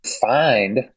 find